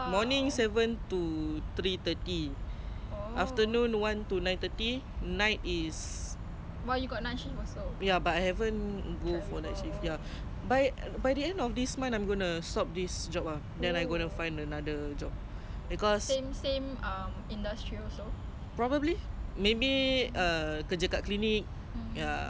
because probably maybe kerja kat klinik ya apply online ah kat dia orang mmhmm eh no no no mine is uh I went through agent agent macam kat job S_G you know that type ah yeah